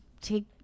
take